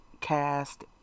cast